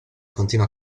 continua